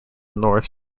north